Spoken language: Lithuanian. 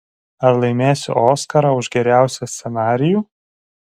ar laimėsiu oskarą už geriausią scenarijų